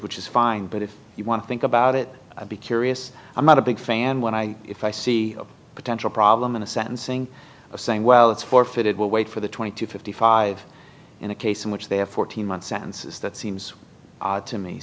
which is fine but if you want to think about it i'd be curious i'm not a big fan when i if i see a potential problem in a sentencing of saying well it's forfeited we'll wait for the twenty to fifty five in a case in which they have fourteen months and says that seems odd to me